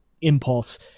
impulse